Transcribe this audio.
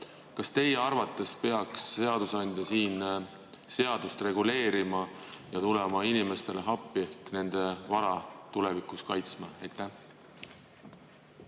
Kas teie arvates peaks seadusandja siin seadust reguleerima ja tulema inimestele appi ehk nende vara tulevikus kaitsma? Aitäh,